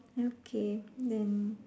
okay then